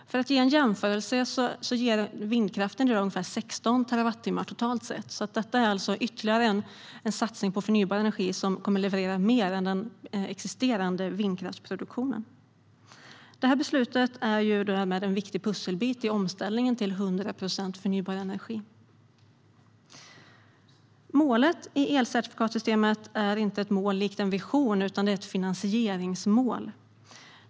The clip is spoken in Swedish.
För att ge en jämförelse så ger vindkraften i dag ungefär 16 terawattimmar totalt sett, så detta är alltså ytterligare en satsning på förnybar energi som kommer att leverera mer än den existerande vindkraftsproduktionen. Det här beslutet är därmed en viktig pusselbit i omställningen till 100 procent förnybar energi. Målet i elcertifikatssystemet är inte ett mål likt en vision utan ett finansieringsmål.